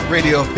Radio